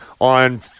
on